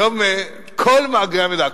היום כל מאגרי המידע,